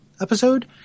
episode